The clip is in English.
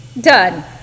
Done